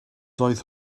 doedd